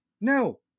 No